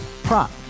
Prop